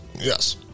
Yes